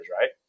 right